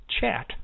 chat